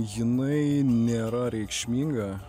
jinai nėra reikšminga